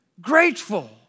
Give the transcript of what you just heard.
grateful